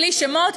בלי שמות,